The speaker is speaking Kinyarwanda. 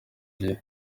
gihe